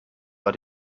war